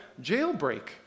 jailbreak